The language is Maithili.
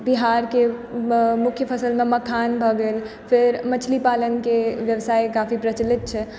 बिहारके मुख्य फसलमे मखान भऽ गेल फेर मछली पालनके व्यवसाय काफी प्रचलित छै